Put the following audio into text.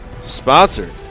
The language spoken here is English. Sponsored